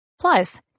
Plus